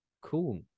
Cool